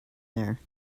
there